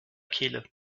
kehle